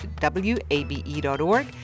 wabe.org